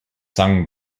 sung